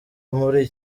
muri